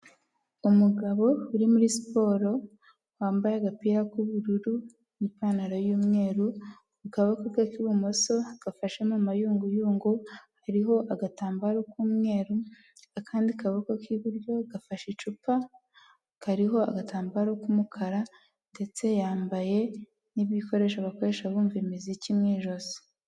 Umugabo uri muri siporo wambaye agapira k'ubururu n'ipantaro y'umweru ku kaboko k'ibumoso gafashemo mayunguyungu hariho agatambaro k'umweru akandi kaboko k'iburyo gafashe icupa kariho agatambaro k'umukara ndetse yambaye nk'ibikoresho bakoresha bumva imiziki mu ijosi.